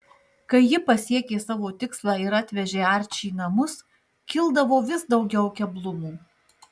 kai ji pasiekė savo tikslą ir atvežė arčį į namus kildavo vis daugiau keblumų